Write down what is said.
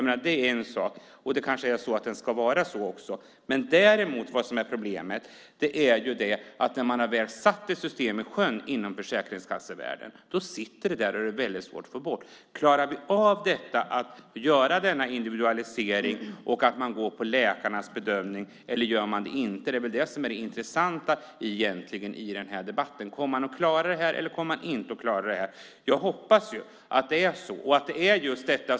Det kanske ska vara så. Problemet är att när man väl har satt systemet i sjön inom försäkringskassevärlden sitter det där och då är det svårt att få bort. Klarar vi att göra denna individualisering och gå på läkarnas bedömning, eller gör vi inte det? Det är det intressanta i den här debatten. Klarar man det, eller klarar man det inte? Jag hoppas att man klarar det.